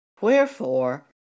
Wherefore